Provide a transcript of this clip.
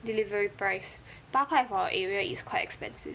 delivery price 八块 for a area is quite expensive